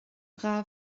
dhá